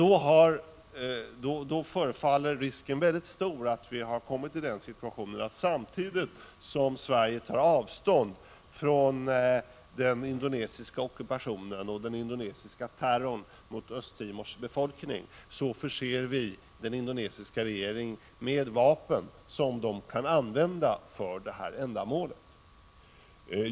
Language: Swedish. Då förefaller risken vara mycket stor att vi har kommit i den situationen att Sverige, samtidigt som man tar avstånd från den indonesiska ockupationen och den indonesiska terrorn mot Östra Timors befolkning, förser den indonesiska regeringen med vapen som den kan använda för detta ändamål.